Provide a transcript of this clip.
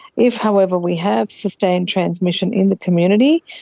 if, however, we have sustained transmission in the community,